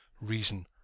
reason